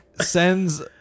sends